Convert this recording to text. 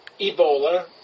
Ebola